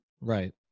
Right